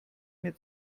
mir